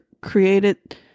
created